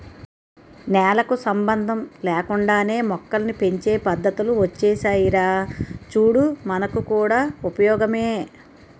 నేలకు సంబంధం లేకుండానే మొక్కల్ని పెంచే పద్దతులు ఒచ్చేసాయిరా చూడు మనకు కూడా ఉపయోగమే